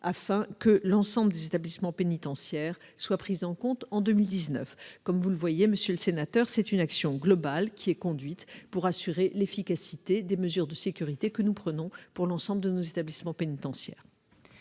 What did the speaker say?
afin que l'ensemble des établissements pénitentiaires soient pris en compte en 2019. Comme vous le voyez, c'est une action globale qui est menée pour assurer l'efficacité des mesures de sécurité que nous prenons pour l'ensemble de nos établissements pénitentiaires.